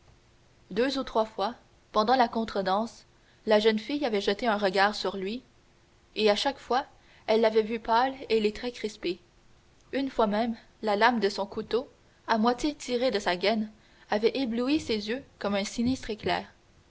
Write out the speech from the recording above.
deux ou trois fois pendant la contredanse la jeune fille avait jeté un regard sur lui et à chaque fois elle l'avait vu pâle et les traits crispés une fois même la lame de son couteau à moitié tirée de sa gaine avait ébloui ses yeux comme un sinistre éclair